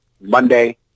Monday